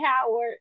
Howard